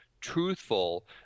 truthful